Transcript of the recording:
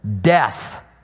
death